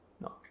No